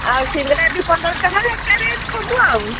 ଆଉ ସିଙ୍ଗଡ଼ା ବି ପନ୍ଦର ଟଙ୍କା ଏକା ରେଟ୍ ସବୁ ଆଉ